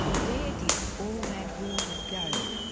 where did all that water go?